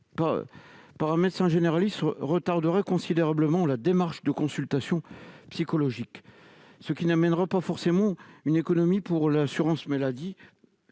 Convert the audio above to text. par un médecin généraliste retarderait considérablement la démarche de consultation psychologique, ce qui n'entraînerait pas forcément une économie pour l'assurance maladie.